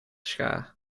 schaar